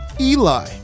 Eli